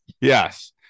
Yes